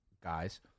guys